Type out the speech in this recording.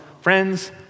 Friends